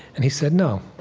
and he said, no.